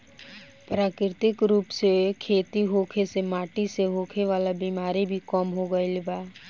प्राकृतिक रूप से खेती होखे से माटी से होखे वाला बिमारी भी कम हो गईल बा